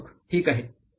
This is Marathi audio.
प्राध्यापक ठीक आहे